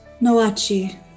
Noachi